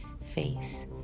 face